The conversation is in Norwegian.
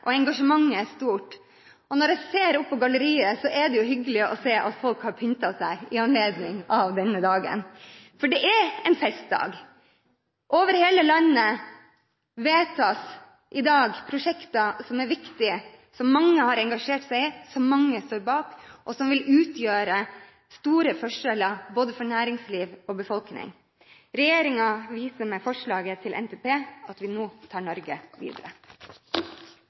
og engasjementet er stort. Når jeg ser opp på galleriet, er det hyggelig å se at folk har pyntet seg i anledning denne dagen, for det er en festdag. Over hele landet vedtas i dag prosjekter som er viktige, som mange har engasjert seg i, som mange står bak, og som vil utgjøre store forskjeller for både næringsliv og befolkning. Regjeringen viser med forslaget til NTP at vi nå tar Norge videre.